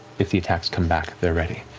if the attacks come back, they're ready.